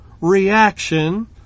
reaction